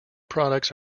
products